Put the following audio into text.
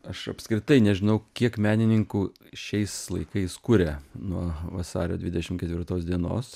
aš apskritai nežinau kiek menininkų šiais laikais kuria nuo vasario dvidešimt ketvirtos dienos